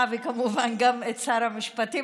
וכמובן גם את שר המשפטים,